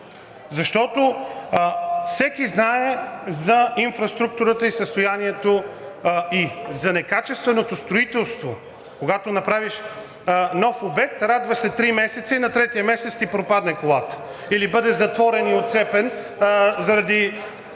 защото всеки знае за инфраструктурата и състоянието ѝ, за некачественото строителство. Когато направиш нов обект, радваш се три месеца и на третия месец ти пропадне колата или бъде затворен и отцепен, заради…